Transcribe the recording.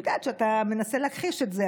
אני יודעת שאתה מנסה להכחיש את זה,